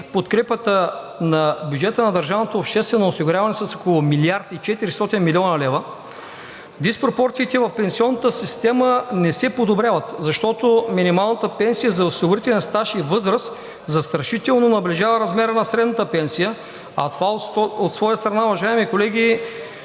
подкрепата на бюджета на държавното обществено осигуряване с около 1 млрд. 400 млн. лв., диспропорциите в пенсионната система не се подобряват, защото минималната пенсия за осигурителен стаж и възраст застрашително наближава размера на средната пенсия, а това, от своя страна, уважаеми колеги,